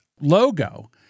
logo